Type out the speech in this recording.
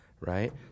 right